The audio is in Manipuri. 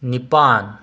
ꯅꯤꯄꯥꯟ